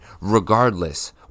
regardless